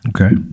Okay